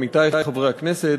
עמיתי חברי הכנסת,